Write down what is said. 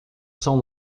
são